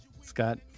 Scott